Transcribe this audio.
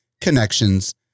connections